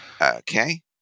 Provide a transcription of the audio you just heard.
Okay